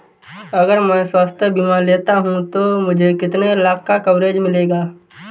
अगर मैं स्वास्थ्य बीमा लेता हूं तो मुझे कितने लाख का कवरेज मिलेगा?